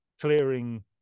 clearing